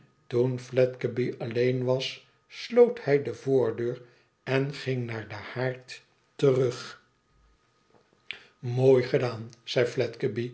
toen fledgeby alleen was sloot hij de voordeur en ging naar den haard terug mooi gedaan zei